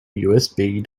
usb